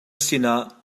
sinah